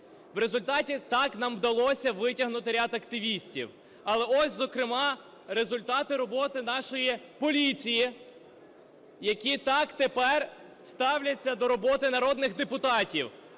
В результаті, так, нам вдалося витягти ряд активістів. Але ось, зокрема, результати роботи нашої поліції, які так тепер ставляться до роботи народних депутатів,